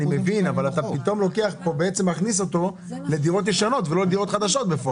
אני מבין אבל אתה פתאום מכניס אותו לדירות ישנות ולא לדירות חדשות.